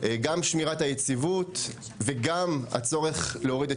גם שמירת היציבות וגם הצורך להוריד את